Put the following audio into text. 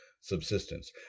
subsistence